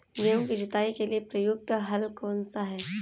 गेहूँ की जुताई के लिए प्रयुक्त हल कौनसा है?